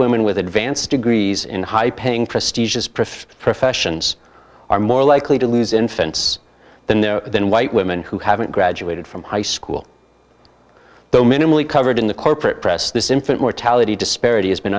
women with advanced degrees in high paying prestige is proof professions are more likely to lose infants than there than white women who haven't graduated from high school though minimally covered in the corporate press this infant mortality disparity has been